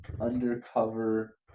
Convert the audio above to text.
undercover